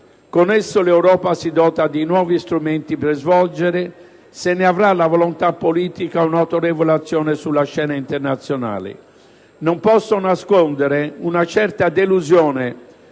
con esso, l'Europa si dota di nuovi strumenti per svolgere, se ne avrà la volontà politica, un'autorevole azione sulla scena internazionale. Non posso nascondere una certa delusione